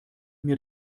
mir